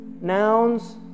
Nouns